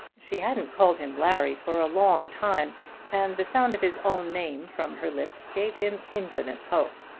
she hadn't called him larry for a long time and the sound of his own name from her lips gave him infinite hope.